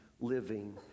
living